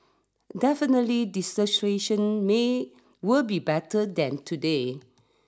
definitely the situation may will be better than today